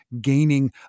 gaining